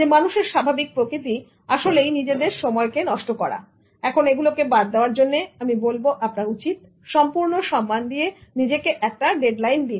মানুষের স্বাভাবিক প্রকৃতি আসলেই নিজেদের সময়কে নষ্ট করা এখন এগুলোকে বাদ দেওয়ার জন্য আমি বলব আপনার উচিত সম্পূর্ণ সম্মান দিয়ে নিজেকে একটা ডেডলাইন দিন